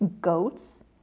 goats